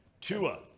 Tua